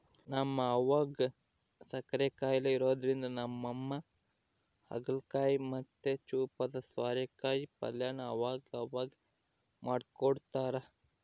ನಮ್ ಅವ್ವುಗ್ ಸಕ್ಕರೆ ಖಾಯಿಲೆ ಇರೋದ್ರಿಂದ ನಮ್ಮಮ್ಮ ಹಾಗಲಕಾಯಿ ಮತ್ತೆ ಚೂಪಾದ ಸ್ವಾರೆಕಾಯಿ ಪಲ್ಯನ ಅವಗವಾಗ ಮಾಡ್ಕೊಡ್ತಿರ್ತಾರ